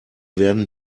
werden